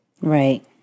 Right